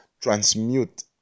transmute